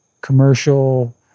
commercial